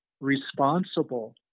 responsible